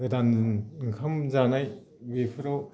गोदान ओंखाम जानाय बेफोराव